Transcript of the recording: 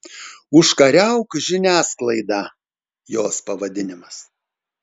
užkariauk žiniasklaidą jos pavadinimas